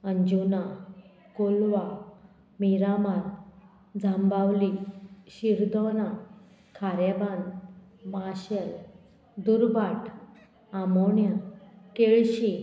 Anjuna Colva Meram Jambaulim Shirdon Kharebandh Marcel Durbhat Amona Quelossim